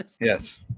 Yes